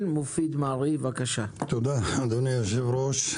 אדוני היושב-ראש,